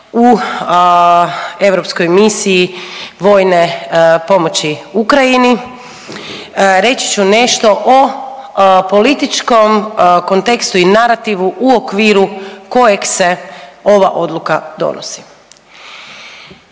u europskoj misiji vojne pomoći Ukrajini reći ću nešto o političkom kontekstu i narativu u okviru kojeg se ova odluka donosi.